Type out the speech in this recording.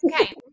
Okay